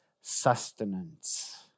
sustenance